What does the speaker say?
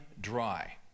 dry